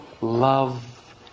love